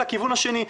לכיוון השני.